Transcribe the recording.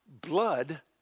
blood